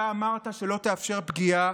אתה אמרת שלא תאפשר פגיעה,